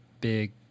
big